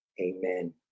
Amen